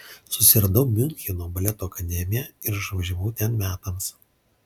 susiradau miuncheno baleto akademiją ir išvažiavau ten metams